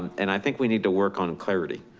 and i think we need to work on clarity.